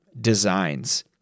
designs